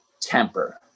temper